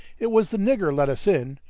it was the nigger let us in.